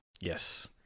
Yes